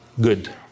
good